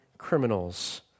criminals